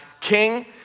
king